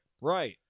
Right